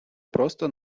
просто